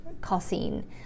causing